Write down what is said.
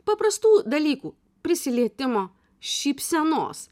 paprastų dalykų prisilietimo šypsenos